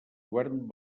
govern